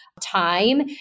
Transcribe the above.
time